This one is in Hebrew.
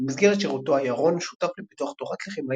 במסגרת שירותו היה רון שותף לפיתוח תורת לחימה